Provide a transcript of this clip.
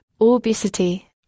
obesity